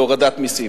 להורדת מסים.